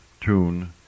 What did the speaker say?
tune